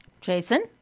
Jason